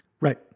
Right